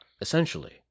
Essentially